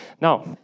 Now